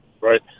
Right